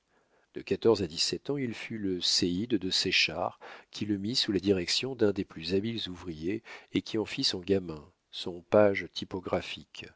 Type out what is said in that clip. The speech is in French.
de quatorze à dix-sept ans il fut le séide de séchard qui le mit sous la direction d'un des plus habiles ouvriers et qui en fit son gamin son page typographique